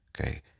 Okay